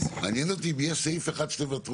מעניין אותי אם יהיה סעיף אחד שתוותרו.